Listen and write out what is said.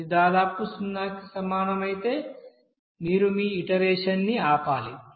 ఇదిదాదాపు 0 కి సమానమైతే మీరు మీ ఇటరేషన్ న్ని ఆపాలి